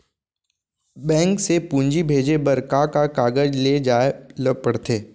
Bank से पूंजी भेजे बर का का कागज ले जाये ल पड़थे?